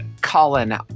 Colin